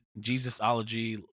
Jesusology